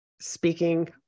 speaking